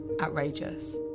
outrageous